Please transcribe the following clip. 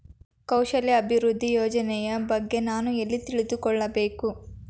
ಕೌಶಲ್ಯ ಅಭಿವೃದ್ಧಿ ಯೋಜನೆಯ ಬಗ್ಗೆ ನಾನು ಎಲ್ಲಿ ತಿಳಿದುಕೊಳ್ಳಬೇಕು?